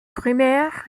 primaires